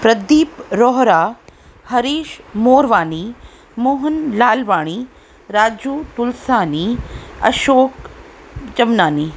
Pradeep Rohira Harish Morwani Mohan Lalwani Raju Tulsani Ashok Jamnani